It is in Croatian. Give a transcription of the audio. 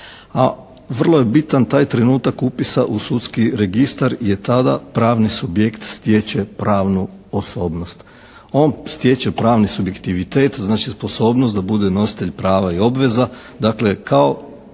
vrlo je bitan taj trenutak upisa u sudski registar jer tada pravni subjekt stječe pravnu osobnost. On stječe pravni subjektivitet, znači sposobnost da bude nositelj prava i obveza, dakle kao